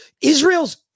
Israel's